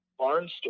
Barnstorm